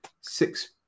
six